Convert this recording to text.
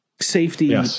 safety